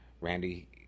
Randy